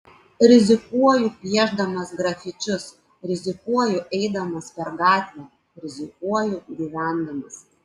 rizikuoju piešdamas grafičius rizikuoju eidamas per gatvę rizikuoju gyvendamas